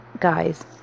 Guys